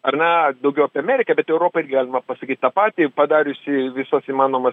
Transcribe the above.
ar ne daugiau apie ameriką bet europai irgi galima pasakyt tą patį padariusi visos įmanomas